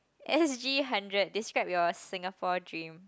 s_g hundred describe your Singapore dream